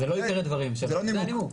זה לא עיקרי דברים, זה נימוק.